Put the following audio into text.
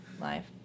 life